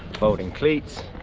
folding cleats,